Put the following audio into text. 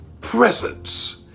presence